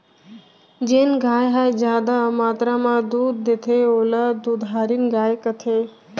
जेन गाय ह जादा मातरा म दूद देथे ओला दुधारिन गाय कथें